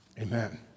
Amen